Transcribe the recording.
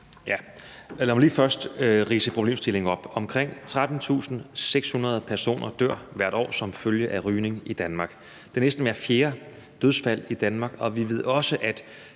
Lad mig lige først ridse problemstillingen op. Omkring 13.600 personer dør hvert år som følge af rygning i Danmark. Det er næsten hvert fjerde dødsfald i Danmark, og vi ved også, at